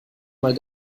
mal